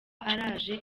araje